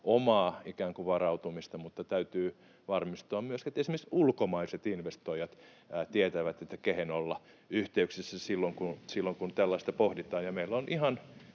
omaa ikään kuin varautumista, mutta täytyy varmistua myös, että esimerkiksi ulkomaiset investoijat tietävät, kehen olla yhteyksissä silloin, kun tällaista pohditaan. Meillä on,